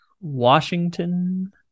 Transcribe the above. Washington